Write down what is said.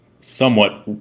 somewhat